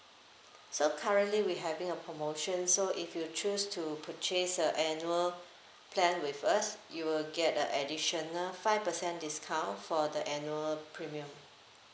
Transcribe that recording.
so currently we having a promotion so if you choose to purchase a annual plan with us you will get a additional five percent discount for the annual premium